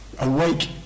awake